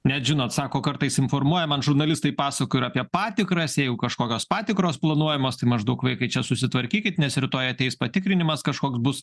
net žino atsako kartais informuoja man žurnalistai pasakoja ir apie patikras jeigu kažkokios patikros planuojamos tai maždaug vaikai čia susitvarkykit nes rytoj ateis patikrinimas kažkoks bus